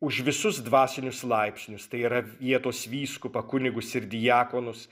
už visus dvasinius laipsnius tai yra vietos vyskupą kunigus ir diakonus